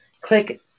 Click